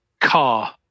car